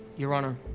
your honor,